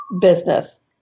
business